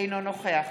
אינו נוכח